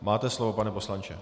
Máte slovo, pane poslanče.